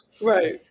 Right